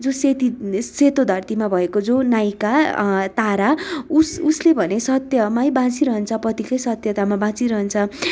जो सेती सेतो धरतीमा भएको जो नायिका तारा ऊ उसले भने सत्यमै बाँचिरहन्छ पतिकै सत्यतामा बाँचिरहन्छ